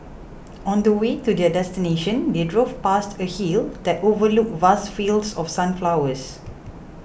on the way to their destination they drove past a hill that overlooked vast fields of sunflowers